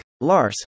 Lars